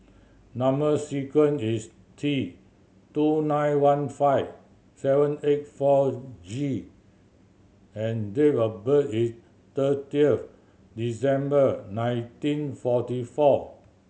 number sequence is T two nine one five seven eight four G and date of birth is thirty of December nineteen forty four